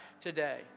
today